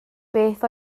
beth